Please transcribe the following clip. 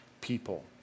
people